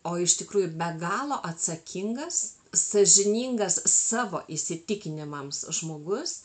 o iš tikrųjų be galo atsakingas sąžiningas savo įsitikinimams žmogus